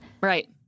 Right